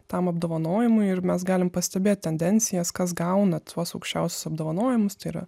tam apdovanojimui ir mes galim pastebėt tendencijas kas gauna tuos aukščiausius apdovanojimus tai yra